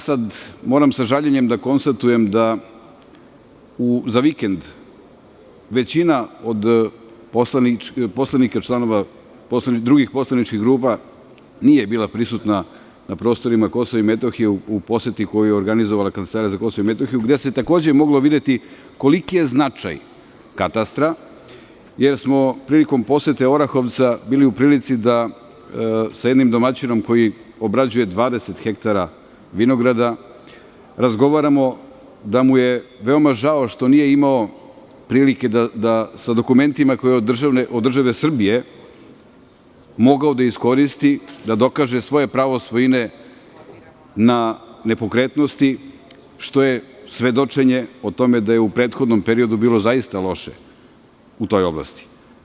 Sada moram sa žaljenjem da konstatujem da za vikend većina od poslanika, članova drugih poslaničkih grupa, nije bila prisutna na prostorima Kosova i Metohije u poseti koju je organizovala Kancelarija za Kosovo i Metohiju, gde se takođe moglo videti koliki je značaj katastra, jer smo prilikom posete Orahovca bili u prilici da sa jednim domaćinom koji obrađuje 20 hektara vinograda, razgovaramo da mu je veoma žao što nije imao prilike da sa dokumentima koje je od države Srbije mogao da iskoristi, da dokaže svoje pravo svojine na nepokretnosti, što je svedočenje o tome da je u prethodnom periodu bilo zaista loše u toj oblasti.